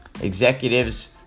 Executives